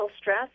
stress